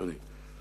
אדוני.